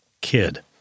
kid